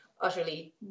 utterly